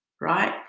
right